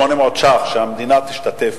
שהמדינה תשתתף